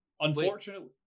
Unfortunately